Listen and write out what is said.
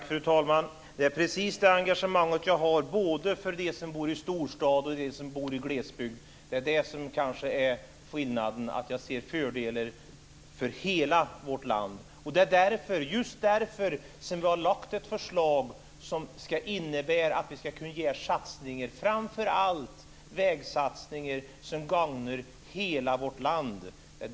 Fru talman! Det är precis det engagemang som jag har för både de som bor i storstad och de som bor i glesbygd. Det är kanske det som är skillnaden, att jag ser fördelar för hela vårt land. Det är därför som jag har lagt fram ett förslag som innebär satsningar på framför allt vägar som gagnar hela vårt land.